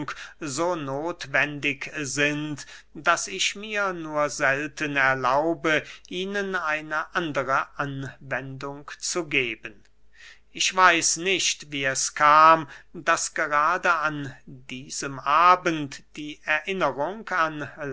so nothwendig sind daß ich mir nur selten erlaube ihnen eine andere anwendung zu geben ich weiß nicht wie es kam daß gerade an diesem abend die erinnerung an